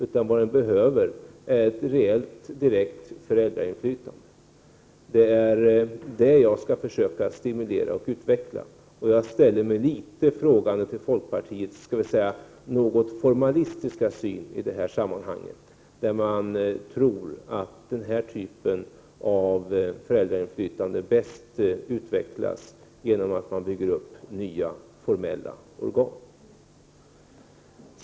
Vad den behöver är ett rejält direkt föräldrainflytande, och det är det som jag försöker stimulera och utveckla. Jag ställer mig litet frågande till folkpartiets skall vi säga något formalistiska syn i det här sammanhanget, när man tror att den här typen av föräldrainflytande bäst utvecklas genom att vi bygger upp nya, formella organ. Herr talman!